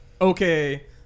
okay